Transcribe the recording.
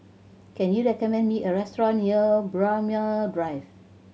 can you recommend me a restaurant near Braemar Drive